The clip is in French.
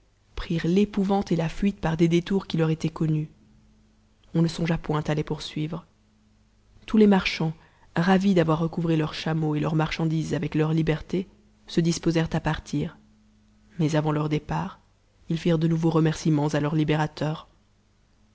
prirent l'épouvante et la fuite par des détours qui leur étaient connus on ne songea point à les poursuivre tous les marchands ravis d'avoir recouvré leurs chameaux et leurs marchandises avec leur liberté se disposèrent à partir mais avant leur départ ils firent de nouveaux remerciements à leur libérateur